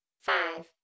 Five